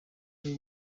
ari